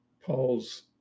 Paul's